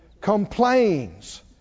complains